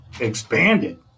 expanded